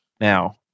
Now